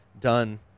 done